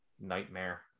nightmare